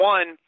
One